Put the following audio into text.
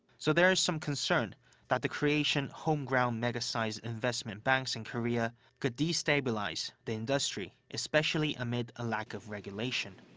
so there is some concern that the creation homegrown, mega-sized investment banks in korea could destabilize the industry, especially amid a lack of regulation.